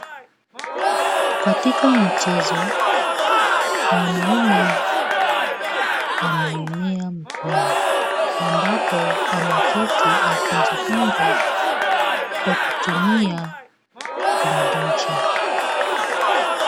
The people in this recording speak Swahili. Katika mchezo, mwanaume ameumia mkono ambapo ameketi akijifunga kwa kutumia bandeji.